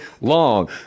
long